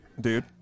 dude